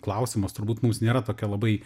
klausimas turbūt mums nėra tokia labai